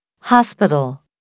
hospital